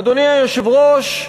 אדוני היושב-ראש,